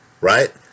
Right